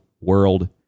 world